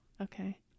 okay